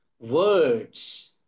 Words